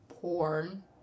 porn